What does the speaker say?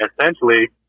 essentially